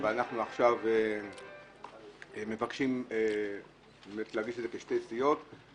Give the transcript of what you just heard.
אבל אנחנו מבקשים להגיש כשתי סיעות עכשיו.